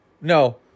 no